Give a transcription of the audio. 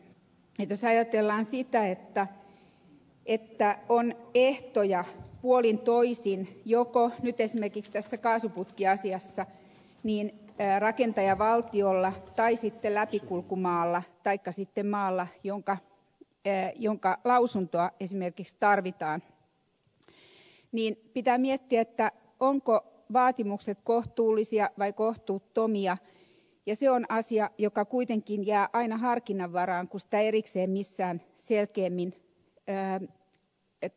jos ajatellaan sitä että on ehtoja puolin ja toisin nyt esimerkiksi tässä kaasuputkiasiassa joko rakentajavaltiolla tai sitten läpikulkumaalla taikka sitten maalla jonka lausuntoa esimerkiksi tarvitaan niin pitää miettiä ovatko vaatimukset kohtuullisia vai kohtuuttomia ja se on asia joka kuitenkin jää aina harkinnan varaan kun sitä ei erikseen missään selkeämmin kategorisoida